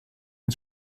and